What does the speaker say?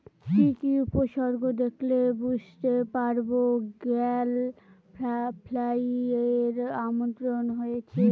কি কি উপসর্গ দেখলে বুঝতে পারব গ্যাল ফ্লাইয়ের আক্রমণ হয়েছে?